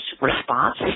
response